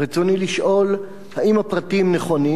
רצוני לשאול: 1. האם הפרטים נכונים?